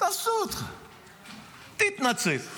תפסו אותך.